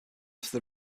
after